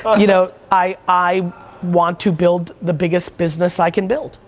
ah you know, i i want to build the biggest business i can build.